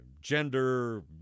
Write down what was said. gender